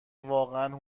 وقتا